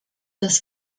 das